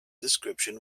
description